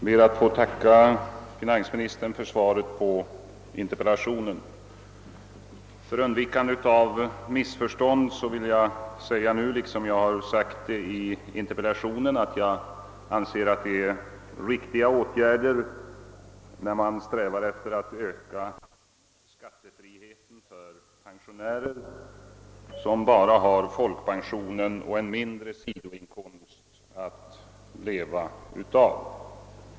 Herr talman! Jag ber att få tacka finansministern för svaret på interpellationen. För undvikande av missförstånd vill jag säga nu, liksom jag har gjort i interpellationen, att jag anser det riktigt att sträva efter att öka skattebefrielsen för pensionärer som bara har folkpensionen och en mindre sidoinkomst att leva av.